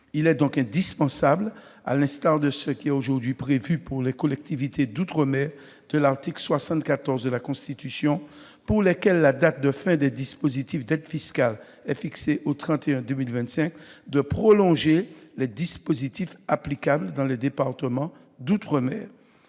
Il est donc indispensable, à l'instar de ce qui est aujourd'hui prévu pour les collectivités d'outre-mer de l'article 74 de la Constitution pour lesquelles la date d'extinction des dispositifs d'aide fiscale est fixée au 31 décembre 2025, de prolonger les dispositifs applicables dans les départements d'outre-mer.